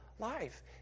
Life